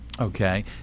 Okay